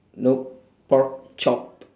nope pork chop